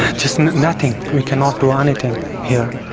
just and nothing, we cannot do anything here,